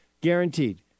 guaranteed